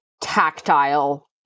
tactile